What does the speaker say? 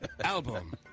album